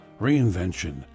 reinvention